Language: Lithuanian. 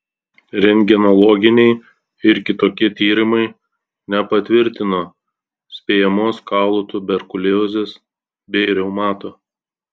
rentgenologiniai ir kitokie tyrimai nepatvirtino spėjamos kaulų tuberkuliozės bei reumato